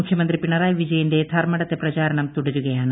മുഖ്യമന്ത്രി പിണറായി വിജയന്റെ ധർമ്മടത്തെ പ്രചാരണം തുടരുകയാണ്